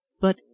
But